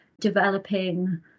developing